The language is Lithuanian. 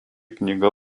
knyga